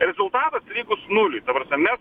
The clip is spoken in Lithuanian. rezultatas lygus nuliui ta prasme mes